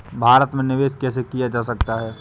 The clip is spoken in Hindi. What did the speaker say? भारत में निवेश कैसे किया जा सकता है?